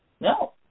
No